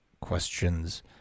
questions